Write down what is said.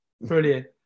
Brilliant